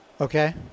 Okay